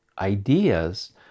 ideas